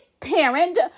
parent